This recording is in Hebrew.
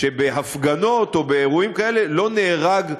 שבהפגנות או אירועים כאלה לא נהרג,